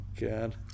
god